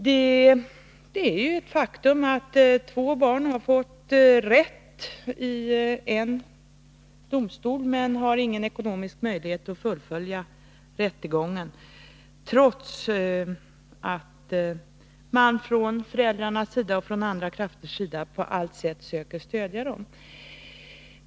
Det är ett faktum att två barn har fått rätt i en domstol men att de inte har ekonomiska möjligheter att fullfölja rättegången, trots att föräldrarna och andra krafter på allt sätt söker stödja dem.